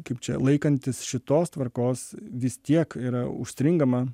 kaip čia laikantis šitos tvarkos vis tiek yra užstringama